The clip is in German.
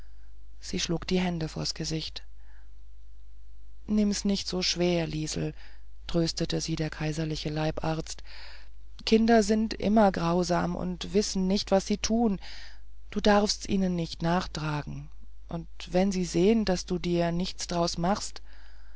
sie schlug die hände vors gesicht nimm's nicht so schwer liesel tröstete sie der kaiserliche leibarzt kinder sind immer grausam und wissen nicht was sie tun du darfst's ihnen nicht nachtragen und wenn sie sehen daß du dir nichts drausmachst